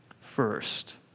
first